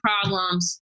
problems